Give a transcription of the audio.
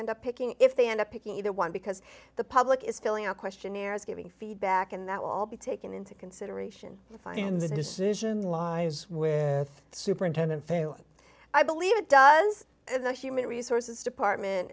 end up picking if they end up picking either one because the public is filling out questionnaires giving feedback and that will be taken into consideration fine and the decision lies with superintendent failing i believe it does and the human resources department